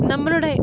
നമ്മളുടെ